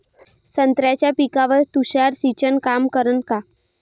संत्र्याच्या पिकावर तुषार सिंचन काम करन का?